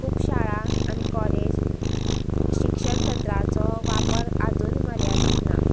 खूब शाळा आनी कॉलेज शिक्षण तंत्राचो वापर आजूनय मर्यादित ना